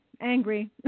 angry